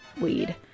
weed